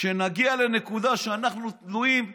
שנגיע לנקודה שאנחנו תלויים בארכי-מחבל.